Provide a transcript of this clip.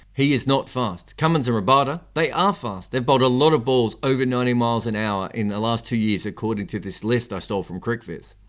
he is not fast. cummins and rabada, they are fast. they've bowled a lot of balls over ninety miles an hour in the last two years according to this list i stole from cricviz.